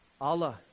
Allah